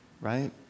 right